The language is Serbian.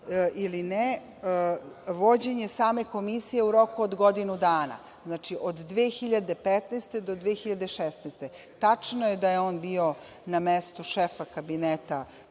ili ne, vođenje same komisije u roku od godinu dana. Znači, od 2015. do 2016. godine ,tačno je da je on bio na mestu šefa kabineta